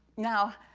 now,